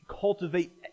Cultivate